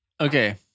Okay